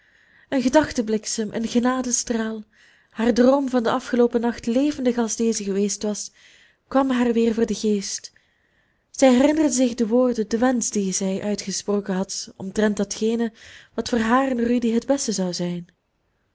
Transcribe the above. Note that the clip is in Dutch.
een gedachtebliksem een genadestraal haar droom van den afgeloopen nacht levendig als deze geweest was kwam haar weer voor den geest zij herinnerde zich de woorden den wensch dien zij uitgesproken had omtrent datgene wat voor haar en rudy het beste zou zijn